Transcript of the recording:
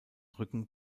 rücken